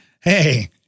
hey